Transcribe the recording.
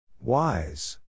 Wise